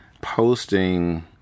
posting